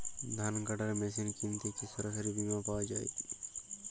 ধান কাটার মেশিন কিনতে কি সরকারী বিমা পাওয়া যায়?